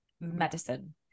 medicine